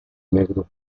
negro